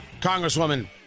Congresswoman